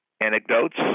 anecdotes